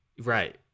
Right